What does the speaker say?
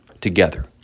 together